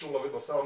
אישור להביא בשר.